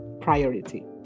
priority